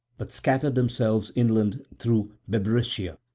but scattered themselves inland through bebrycia,